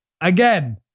again